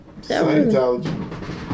Scientology